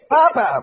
Papa